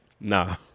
Nah